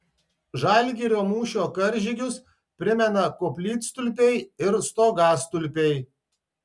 žalgirio mūšio karžygius primena koplytstulpiai ir stogastulpiai